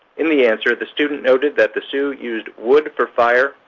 in the answer the student noted that the sioux used wood for fire,